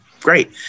Great